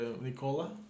Nicola